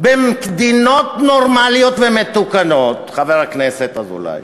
במדינות נורמליות ומתוקנות, חבר הכנסת אזולאי,